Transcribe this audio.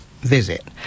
visit